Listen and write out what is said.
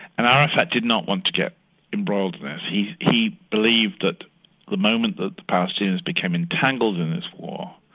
and arafat did not want to get involved in this. he he believed that the moment that the palestinians became became entangled in this war,